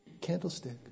candlestick